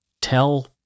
tell